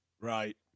Right